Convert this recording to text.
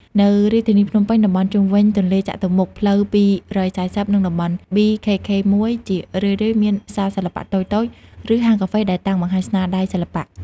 នៅរាជធានីភ្នំពេញ តំបន់ជុំវិញទន្លេចតុមុខ ផ្លូវ២៤០ និងតំបន់ ប៊ី ខេខេ១ ជារឿយៗមានសាលសិល្បៈតូចៗ ឬហាងកាហ្វេដែលតាំងបង្ហាញស្នាដៃសិល្បៈ។